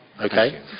Okay